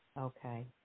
Okay